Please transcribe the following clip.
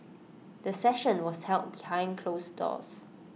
the session was held behind closed doors